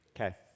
Okay